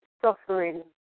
suffering